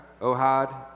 Ohad